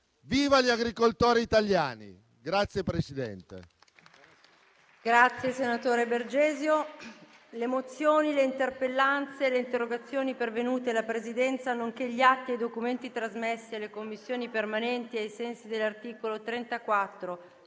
Viva gli agricoltori italiani!